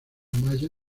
maya